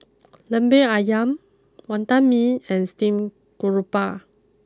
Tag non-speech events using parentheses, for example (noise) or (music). (noise) Lemper Ayam Wantan Mee and Steamed Garoupa